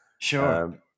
Sure